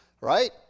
right